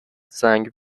سنگ